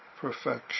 perfection